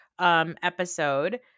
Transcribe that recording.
episode